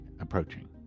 approaching